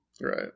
Right